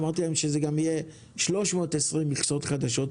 אמרתי להם שזה גם יהיה 320 מכסות חדשות,